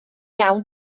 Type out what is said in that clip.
iawn